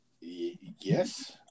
Yes